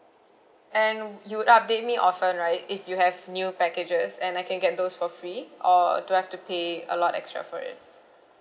and you will update me often right if you have new packages and I can get those for free or do I have to pay a lot extra for it